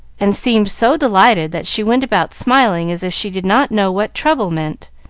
and seemed so delighted that she went about smiling as if she did not know what trouble meant,